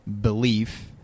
belief